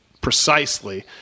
precisely